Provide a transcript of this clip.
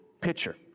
pitcher